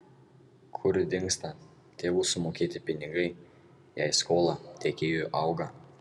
kur dingsta tėvų sumokėti pinigai jei skola tiekėjui auga